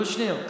קושניר,